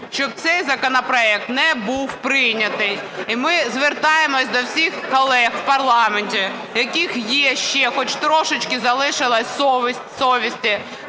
щоб цей законопроект не був прийнятий. І ми звертаємося до всіх колег в парламенті, у яких є, ще трішечки залишилося совісті,